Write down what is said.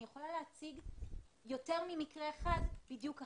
אני יכולה להציג יותר ממקרה אחד בדיוק אחר,